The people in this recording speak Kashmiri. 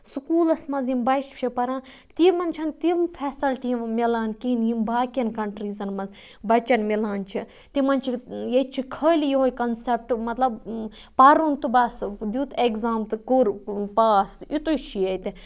سکوٗلس منٛز یِم بَچہِ چھِ پَران تِمن چھنہٕ تِم فیسلٹی مِلان کِہیٖنۍ یِم باقین کَنٹریٖزَن منٛز بَچن مِلان چھِ تِمن چھِ ییٚتہِ چھ خٲلی یِہوے کَنسیپٹ مطلب پَرُن تہٕ بَس دِیُت ایگزام تہٕ کوٚر پاس یِتُے چھُ ییٚتہِ